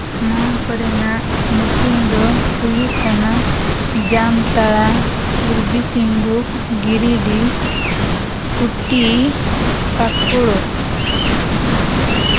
ᱱᱚᱣᱟ ᱠᱚᱨᱮᱱᱟᱜ ᱧᱩᱛᱩᱢ ᱫᱚ ᱦᱩᱭᱩᱜ ᱠᱟᱱᱟ ᱡᱟᱢᱛᱟᱲᱟ ᱯᱩᱨᱵᱤ ᱥᱤᱝᱵᱷᱩᱢ ᱜᱤᱨᱤᱰᱤ ᱠᱷᱩᱴᱤ ᱯᱟᱹᱠᱩᱲ